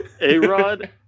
A-Rod